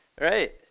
Right